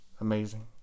amazing